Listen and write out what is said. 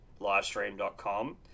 Livestream.com